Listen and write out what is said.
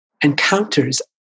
encounters